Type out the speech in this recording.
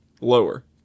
Lower